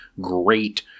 great